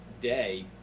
day